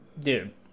dude